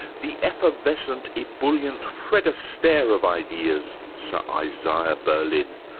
the effervescent, ebullient, fred astaire of ideas, sir isaiah berlin,